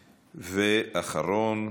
אחרון,